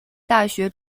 大学